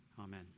Amen